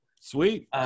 Sweet